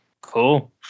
Cool